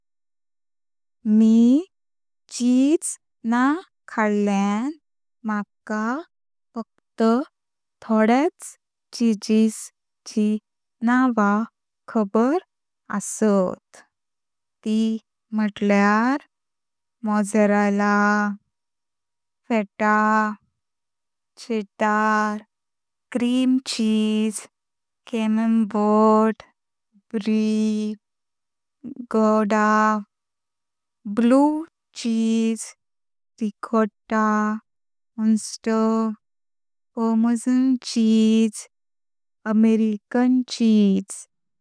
मी cheese नां खल्ल्यां माकां फक्त थोड्याच चीजस्चे नाव खाबर आसात त म्हटल्यार mozzarella. Feta, cheddar, cream cheese, camembert, brie, Gouda, blue cheese, ricotta, muenster, parmesan cheese, American चीज।